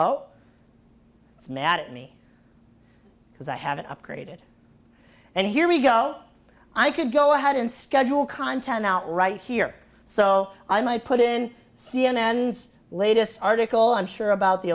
it's mad at me because i haven't upgraded and here we go i could go ahead and schedule content out right here so i might put in cnn's latest article i'm sure about the